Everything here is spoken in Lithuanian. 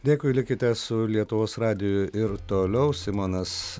dėkui likite su lietuvos radiju ir toliau simonas